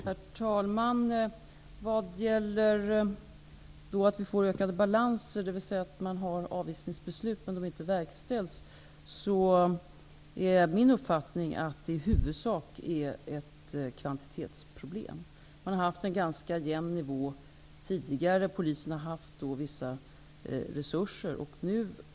Herr talman! Beträffande frågan om att vi får ökade balanser, dvs. att det finns avvisningbeslut men att de inte verkställs, är min uppfattning att det i huvudsak är ett kvantitetsproblem. Man har haft en ganska jämn nivå tidigare. Polisen har haft vissa resurser.